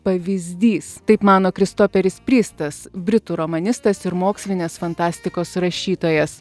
pavyzdys taip mano kristoferis pristas britų romanistas ir mokslinės fantastikos rašytojas